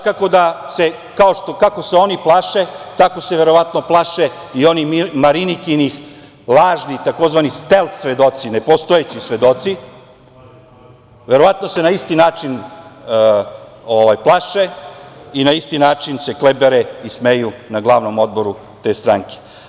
Kako se oni plaše tako se verovatno plaše i onih Marinikinih lažnih, tzv. stelt svedoci, ne postojeći svedoci, verovatno se na isti način plaše i na isti način se klibere i smeju na glavnom odboru te stranke.